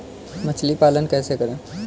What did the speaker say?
मछली पालन कैसे करें?